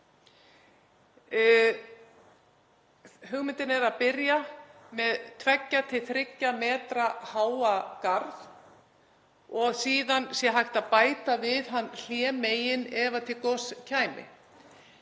Hugmyndin er að byrja með 2–3 metra háan garð og síðan væri hægt að bæta við hann hlémegin ef til goss kæmi.